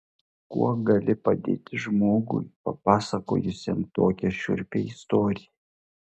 kuo gali padėti žmogui papasakojusiam tokią šiurpią istoriją